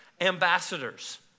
ambassadors